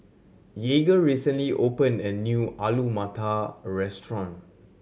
Jagger recently opened a new Alu Matar Restaurant